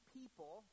people